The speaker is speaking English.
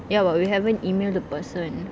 ya but we haven't emailed the person